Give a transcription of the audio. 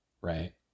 right